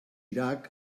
iraq